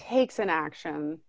takes an action